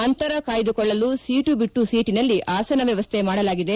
ಅಂತರ ಕಾಯ್ದಕೊಳ್ಳಲು ಸೀಟು ಬಿಟ್ಟು ಸೀಟನಲ್ಲಿ ಆಸನ ವ್ಯವಸ್ಥೆ ಮಾಡಲಾಗಿದೆ